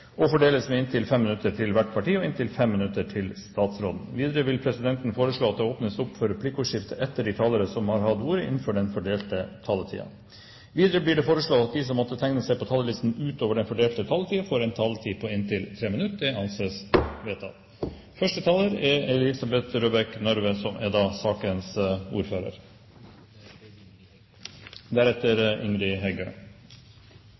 og fordeles med inntil 5 minutter til hvert parti og inntil 5 minutter til statsråden. Videre vil presidenten foreslå at det åpnes for replikkordskifte etter de talere som har ordet innenfor den fordelte taletid. Videre blir det foreslått at de som måtte tegne seg på talerlisten utover den fordelte taletid, får en taletid på inntil 3 minutter. – Det anses vedtatt.